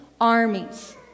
armies